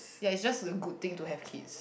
ya it's just a good thing to have kids